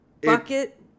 Bucket